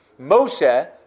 Moshe